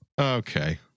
Okay